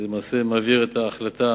ולמעשה זה מעביר את ההחלטה